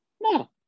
No